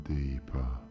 deeper